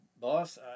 boss